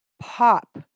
pop